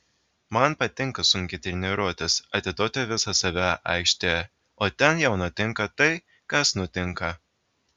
man patinka sunkiai treniruotis atiduoti visą save aikštėje o ten jau nutinka tai kas nutinka